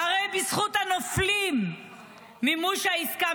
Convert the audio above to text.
שהרי בזכות הנופלים מתאפשר מימוש העסקה.